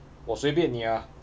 我随便你 ah